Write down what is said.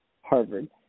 Harvard